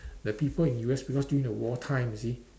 the people in U_S because during the wartime you see